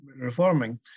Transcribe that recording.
reforming